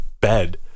bed